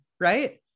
right